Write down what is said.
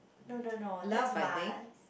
no no no that's Mars